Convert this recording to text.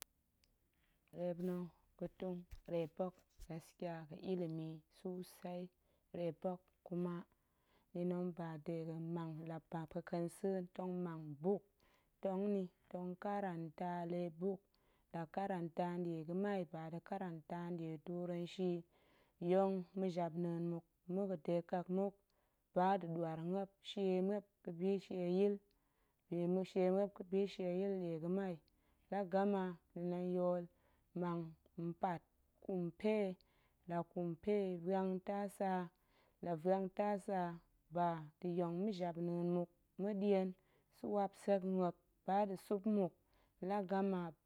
Reep na̱ ga̱tung reep hok gaskiya ga̱ ilimi susei, reep hok kuma ni nong ba dega̱n mang, la ba pue ƙensa̱a̱n tong mang buk tong nni, tong karanta lee buk, la karanta nɗie ga̱mai ba da̱ karanta ɗie turenshi, yong ma̱japna̱a̱n muk ma̱ ga̱deƙek muk, ba da̱ ɗwaar muop shie muop ga̱ bishieyil, bi ma̱shie muop ga̱ bishieyil nɗie ga̱mai la gama ni nong yool mang mpat ƙumpe la ƙumpe vuang tasa, la vuang tasa ba da̱ yong ma̱japna̱a̱n muk ma̱ɗien sup sek muop ba da̱ sup mmuk ni la gama,